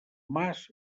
mas